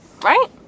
right